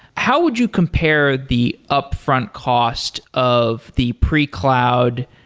how would you compare the upfront cost of the pre-cloud,